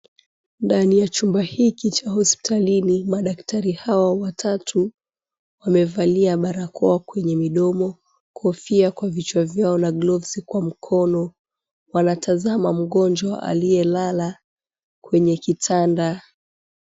Ndani ya chumba hiki cha hospitalini madaktari hawa watatu wamevalia barakoa kwenye midomo, kofia kwa vichwa vyao na gloves kwa mkono wanatazama mgonjwa aliyelala kwenye kitanda.